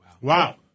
Wow